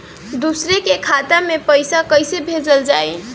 दूसरे के खाता में पइसा केइसे भेजल जाइ?